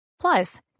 Plus